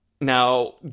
Now